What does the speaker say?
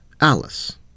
Alice